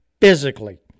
physically